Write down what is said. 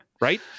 right